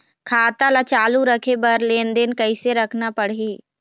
खाता ला चालू रखे बर लेनदेन कैसे रखना पड़ही?